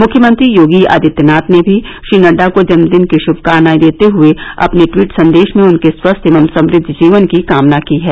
मुख्यमंत्री योगी आदित्यनाथ ने भी श्री नड्डा को जन्मदिन की श्भकामनाएं देते हए अपने ट्वीट संदेश में उनके स्वस्थ एवं समृद्ध जीवन की कामना की है